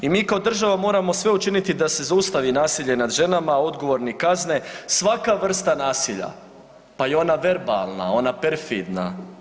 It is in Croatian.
I mi kao država moramo sve učiniti da se zaustavi nasilje nad ženama, odgovorni kazne svaka vrsta nasilja, pa i ona verbalna, ona perfidna.